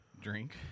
drink